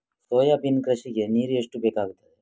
Soybean ಕೃಷಿಗೆ ನೀರು ಎಷ್ಟು ಬೇಕಾಗುತ್ತದೆ?